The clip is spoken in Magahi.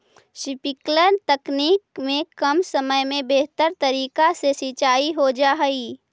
स्प्रिंकलर तकनीक में कम समय में बेहतर तरीका से सींचाई हो जा हइ